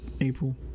April